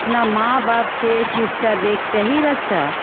अपना माँ बापके शिक्षा दैके चाही बच्चा